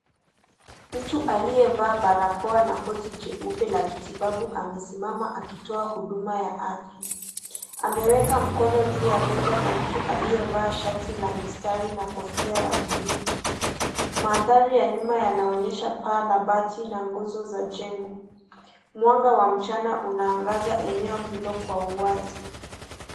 Mtu aliyevaa barakoa na koti jeupe la kitibabu amesimama akitoa huduma ya afya. Ameweka mkono juu ya bega la mtu aliyevaa shati la mistari na kofia ya bluu. Maandhari ya nyuma yanaonyesha paa la mabati na nguzo za jengo. Mwanga wa mchana unaangaza eneo hilo kwa uwazi.